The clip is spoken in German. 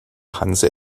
hanse